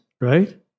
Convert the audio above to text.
right